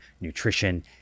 nutrition